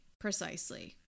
precisely